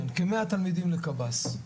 כן, כ-100 תלמידים לקב"ס.